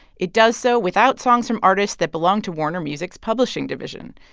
it does so without songs from artists that belong to warner music's publishing division.